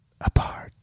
apart